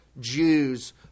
Jews